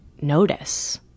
notice